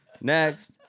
next